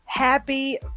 Happy